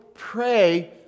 pray